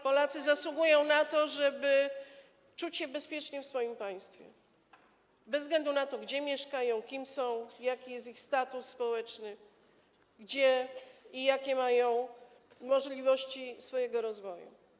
Polacy zasługują na to, żeby czuć się bezpiecznie w swoim państwie, bez względu na to, gdzie mieszkają, kim są, jaki jest ich status społeczny, gdzie i jakie mają możliwości swojego rozwoju.